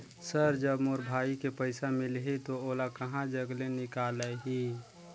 Sir जब मोर भाई के पइसा मिलही तो ओला कहा जग ले निकालिही?